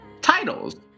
titles